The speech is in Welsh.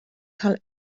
cael